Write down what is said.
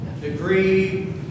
degree